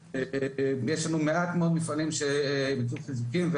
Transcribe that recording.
יש לנו מעט מאוד מפעלים שביצעו חיזוקים.